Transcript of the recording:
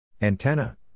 Antenna